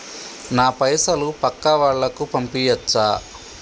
నా పైసలు పక్కా వాళ్ళకు పంపియాచ్చా?